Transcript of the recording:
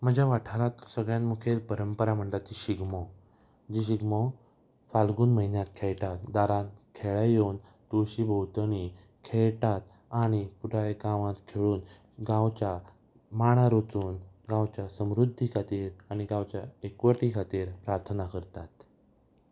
म्हज्या वाठारांत सगळ्यांत मुखेल परंपरा म्हणटा ती शिगमो जी शिगमो फाल्गून म्हयन्यांत खेळटात दारांत खेळ येवन तुळशी भोंवतणी खेळटात आनी पुराय गांवांत खेळून गांवच्या मांडार वचून गांवच्या समृद्धी खातीर आनी गांवच्या एकवटी खातीर प्रार्थना करतात